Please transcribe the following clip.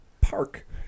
park